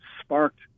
sparked